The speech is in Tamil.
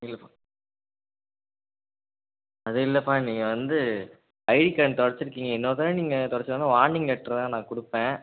இல்லைப்பா அது இல்லைப்பா நீங்கள் வந்து ஐடி கார்ட் தொலைச்சிருக்கீங்க இன்னொரு தடவை நீங்கள் தொலைச்சிருந்தாலும் வார்னிங் லெட்ராக நான் கொடுப்பேன்